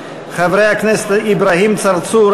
חברי הכנסת אברהים צרצור,